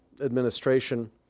administration